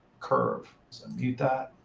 curve. so mute that.